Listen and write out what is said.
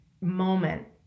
moment